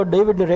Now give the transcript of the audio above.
David